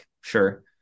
sure